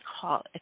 call